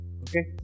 Okay